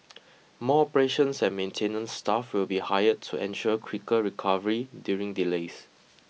more operations and maintenance staff will be hired to ensure quicker recovery during delays